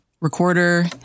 recorder